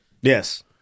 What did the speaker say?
Yes